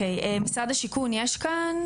משרד השיכון והבינוי יש כאן?